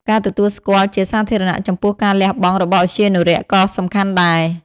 ការទទួលស្គាល់ជាសាធារណៈចំពោះការលះបង់របស់ឧទ្យានុរក្សក៏សំខាន់ដែរ។